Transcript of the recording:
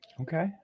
Okay